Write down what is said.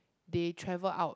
they travel out